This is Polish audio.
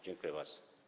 Dziękuję bardzo.